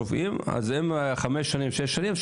אז אם הם לומדים חמש או שש שנים,